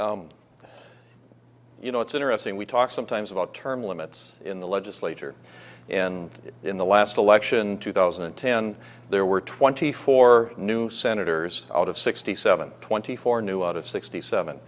chuck you know it's interesting we talk sometimes about term limits in the legislature and in the last election two thousand and ten there were twenty four new senators out of sixty seven twenty four new out of sixty seven